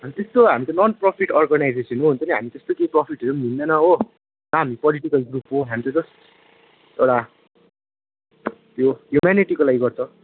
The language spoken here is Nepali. यस्तो हामी त नन प्रोफिट अर्गनाइजेसन हो हुन्छ नि हामी त्यस्तो केही प्रोफिटहरू पनि लिइदैन हो न हामी पोलिटिकल ग्रुप हो हामी त जस्ट एउटा यो ह्युमेनिटिको लागि गर्छ